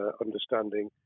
understanding